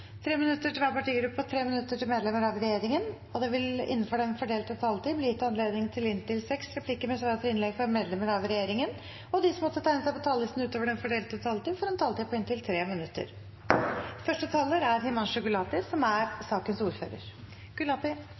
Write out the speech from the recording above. minutter til hver partigruppe og 3 minutter til medlemmer av regjeringen. Videre vil det – innenfor den fordelte taletid – bli gitt anledning til inntil seks replikker med svar etter innlegg fra medlemmer av regjeringen, og de som måtte tegne seg på talerlisten utover den fordelte taletid, får også en taletid på inntil 3 minutter. Jeg vil starte med å takke komiteen for et godt samarbeid. Dette er